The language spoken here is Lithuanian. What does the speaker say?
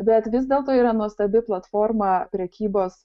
bet vis dėlto yra nuostabi platforma prekybos